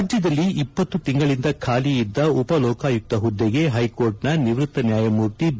ರಾಜ್ಯದಲ್ಲಿ ಇಪ್ಪತ್ತು ತಿಂಗಳಿಂದ ಖಾಲಿ ಇದ್ದ ಉಪಲೋಕಾಯುಕ್ತ ಹುದ್ದೆಗೆ ಹೈಕೋರ್ಟ್ನ ನಿವ್ವತ್ತ ನ್ಯಾಯಮೂರ್ತಿ ಬಿ